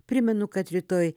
primenu kad rytoj